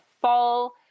fall